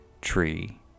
tree